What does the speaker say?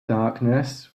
darkness